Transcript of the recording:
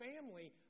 family